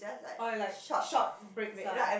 orh you like short breaks ah